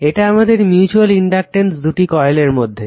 এটা আমাদের mutual inductance দুটি কয়েলের মধ্যে